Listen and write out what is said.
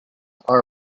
are